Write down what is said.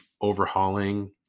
overhauling